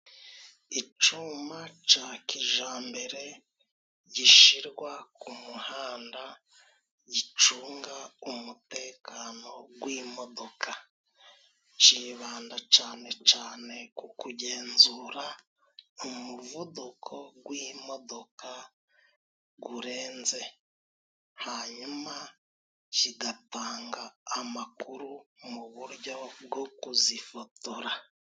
Icuma ca kijambere gishirwa ku muhanda gicunga umutekano gw'imodoka, c'ibyatsi cibanda cane cane ku kugenzura umuvuduko gw'imodoka gurenze, hanyuma kigatanga amakuru muburyo bwo kuzifotora.